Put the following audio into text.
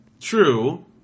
True